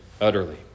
utterly